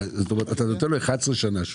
אתה נותן לו 11 שנה.